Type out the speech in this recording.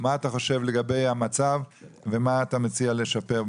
מה אתה חושב לגבי המצב ומה אתה מציע לשפר?